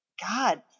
God